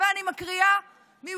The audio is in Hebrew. אבל אני מקריאה מוויקיפדיה,